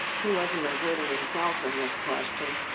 he wasn't including himself in this question.